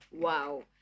Wow